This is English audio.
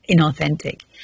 inauthentic